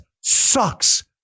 sucks